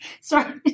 Sorry